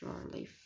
surely